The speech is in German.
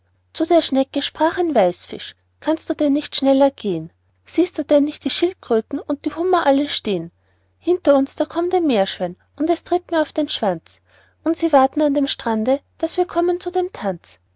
zu der schnecke sprach ein weißfisch kannst du denn nicht schneller gehn siehst du denn nicht die schildkröten und die hummer alle stehn hinter uns da kommt ein meerschwein und es tritt mir auf den schwanz und sie warten an dem strande daß wir kommen zu dem tanz